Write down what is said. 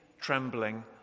trembling